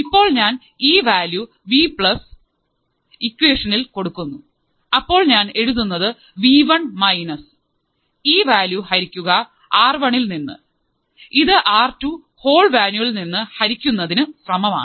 ഇപ്പോൾ ഞാൻ ഈ വാല്യു വി പ്ലസ് ഇക്വേഷൻ ഇൽ കൊടുക്കുന്നു അപ്പോൾ ഞാൻ എഴുതുന്നത് വീ വൺ മൈനസ് ഈ വാല്യു ഹരിക്കുക ആർ വണ്ണിൽനിന്ന് ഇത് ആർ ടു ഹോൾ വാല്യൂ നിന്ന് ഹരിക്കുന്നതിനു സമമാണ്